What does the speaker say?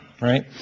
Right